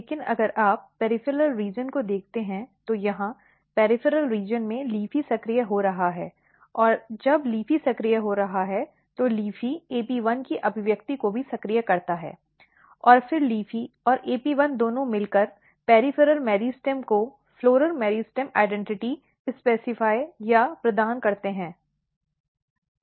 लेकिन अगर आप पॅरिफ़ॅरॅल क्षेत्र को देखते हैं तो यहां पॅरिफ़ॅरॅल क्षेत्र में LEAFY सक्रिय हो रहा है और जब LEAFY सक्रिय हो रहा है तो LEAFY AP1 की अभिव्यक्ति को भी सक्रिय करता है और फिर LEAFY और AP1 दोनों मिलकर पॅरिफ़ॅरॅल मेरिस्टम को फ़्लॉरल मेरिस्टेम पहचान निर्दिष्ट या प्रदान करते हैं